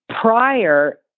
prior